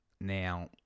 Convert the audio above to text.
Now